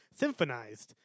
symphonized